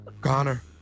connor